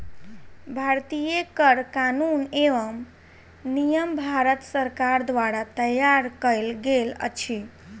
भारतीय कर कानून एवं नियम भारत सरकार द्वारा तैयार कयल गेल अछि